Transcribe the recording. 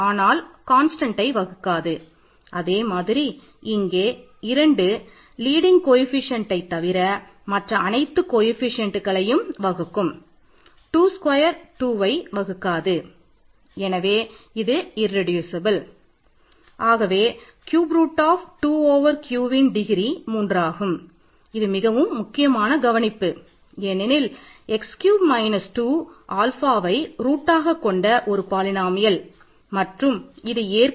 ஆகவே க்யூப் 3